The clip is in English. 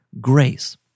grace